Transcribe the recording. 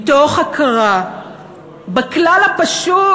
מתוך הכרה בכלל הפשוט,